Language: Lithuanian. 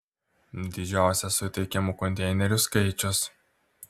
didžiausias suteikiamų konteinerių skaičius